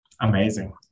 Amazing